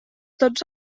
tots